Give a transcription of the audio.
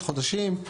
חודשים,